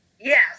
Yes